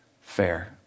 fair